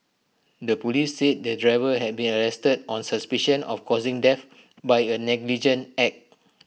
the Police said the driver has been arrested on suspicion of causing death by A negligent act